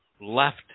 left